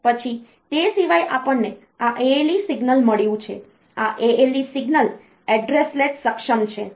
પછી તે સિવાય આપણને આ ALE સિગ્નલ મળ્યું છે આ ALE સિગ્નલ એડ્રેસ લેચ સક્ષમ છે